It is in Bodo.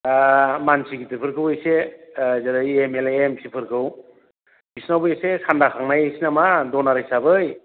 दा मानसि गिदिरफोरखौ इसे ओ जेरै एमएलए एमपिफोरखौ बिसोरनावबो एसे सान्दाखांलायहैनोसै नामा डनार हिसाबै